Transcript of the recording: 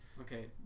Okay